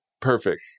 perfect